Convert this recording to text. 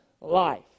life